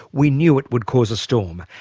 we knew it would cause a storm.